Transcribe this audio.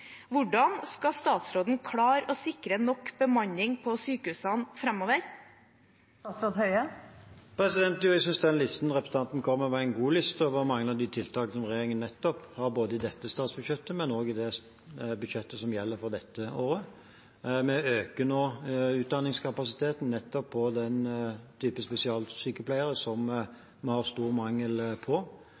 Hvordan skal statsråden klare å sikre nok bemanning på sykehusene framover? Jeg synes den listen representanten kommer med, er en god liste over mange av de tiltakene som regjeringen har både i dette statsbudsjettet og i det budsjettet som gjelder for dette året. Vi øker nå utdanningskapasiteten på den type spesialsykepleiere som vi har stor mangel på.